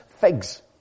figs